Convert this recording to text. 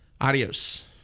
adios